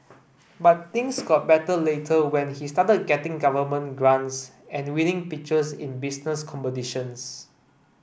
but things got better later when he started getting government grants and winning pitches in business competitions